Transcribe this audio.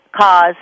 cause